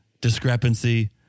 discrepancy